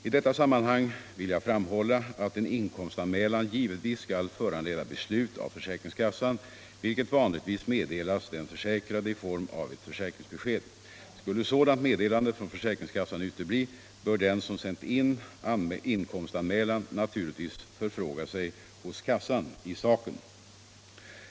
I detta sammanhang vill jag framhålla att en inkomstanmälan givetvis skall föranleda beslut av försäkringskassan, vilket vanligtvis meddelas den försäkrade i form av ett försäkringsbesked. Skulle sådant meddelande från försäkringskassan utebli, bör den som sänt in inkomstanmälan naturligtvis förfråga sig hos kassan i saken.